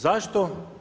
Zašto?